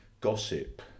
gossip